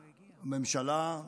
הממשלה,